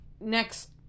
next